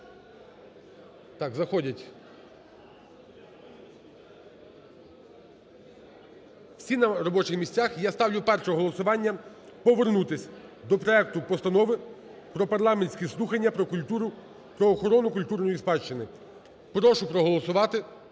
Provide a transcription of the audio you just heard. Так, заходять. Всі на робочих місцях. І я ставлю перше голосування – повернутись до проекту Постанови про парламентські слухання про охорону культурної спадщини. Прошу проголосувати